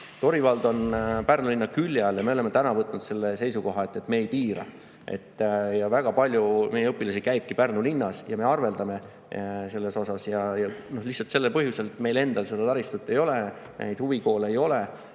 Tori vald on Pärnu linna külje all ja me oleme võtnud seisukoha, et me ei piira. Väga palju meie õpilasi käibki Pärnu linnas ja me arveldame selles osas lihtsalt põhjusel, et meil endal seda taristut ei ole, neid huvikoole ei ole